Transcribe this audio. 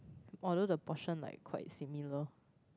although the portion like quite similar